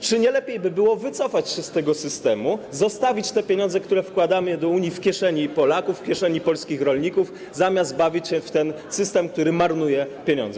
Czy nie lepiej by było wycofać się z tego systemu, zostawić te pieniądze, które wkładamy do Unii, w kieszeni Polaków, w kieszeni polskich rolników, zamiast bawić się w ten system, który marnuje pieniądze?